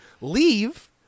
Leave